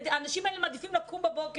האנשים האלה מעדיפים לקום בבוקר,